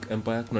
Empire